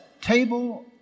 table